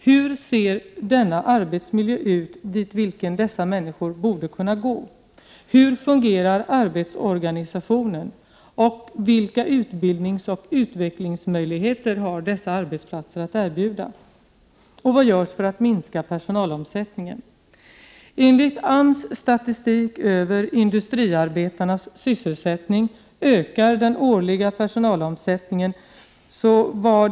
Hur ser den arbetsmiljö ut till vilken dessa människor borde kunna gå? Hur fungerar arbetsorganisationen? Vilka utbildningsoch utvecklingsmöjligheter har dessa arbetsplatser att erbjuda? Vad görs för att minska personalomsättningen? Enligt AMS statistik över industriarbetarnas sysselsättning ökar den årliga personalomsättningen.